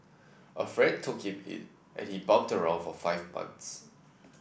a friend took him in and he bummed around for five months